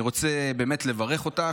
אני רוצה לברך אותך.